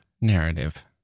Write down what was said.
narrative